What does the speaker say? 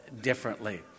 differently